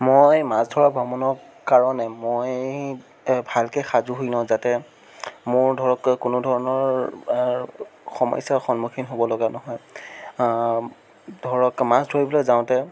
মই মাছ ধৰা বামুণক কাৰণে মই ভালকৈ সাজু হৈ লওঁ যাতে মোৰ ধৰক কোনো ধৰণৰ সমস্য়াৰ সন্মুখীন হ'ব লগা নহয় ধৰক মাছ ধৰিবলৈ যাওতে